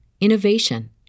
innovation